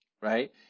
right